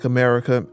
America